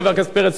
חבר הכנסת פרץ,